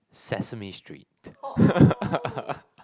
Sesame Street